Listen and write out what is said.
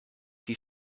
die